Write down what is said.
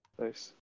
Nice